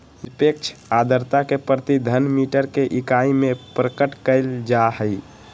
निरपेक्ष आर्द्रता के प्रति घन मीटर के इकाई में प्रकट कइल जाहई